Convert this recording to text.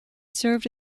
served